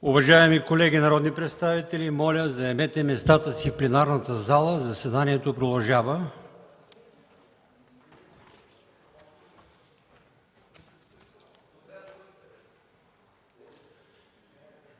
Уважаеми колеги народни представители, моля заемете местата си в пленарната зала. Заседанието продължава.